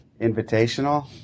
invitational